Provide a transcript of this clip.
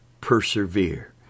persevere